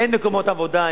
אין מקומות עבודה.